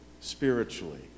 spiritually